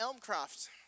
Elmcroft